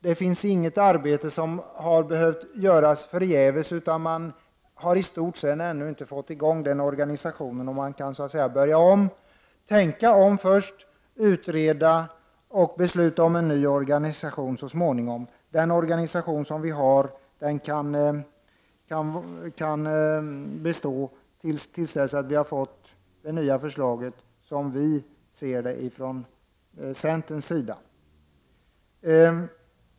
Det är inte fråga om att något arbete har behövt göras förgäves, utan man har i stort sett ännu inte fått igång denna organisation, och man kan därför så att säga börja om -— till att börja med tänka om och utreda och så småningom besluta om en ny organisation. Den organisation vi har kan som vi i centern ser det bestå till dess att det nya förslaget har lagts fram.